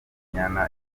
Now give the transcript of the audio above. inyana